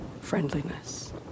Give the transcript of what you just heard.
friendliness